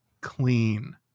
clean